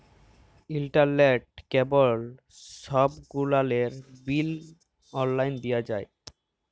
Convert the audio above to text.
ইলটারলেট, কেবল ছব গুলালের বিল অললাইলে দিঁয়া যায়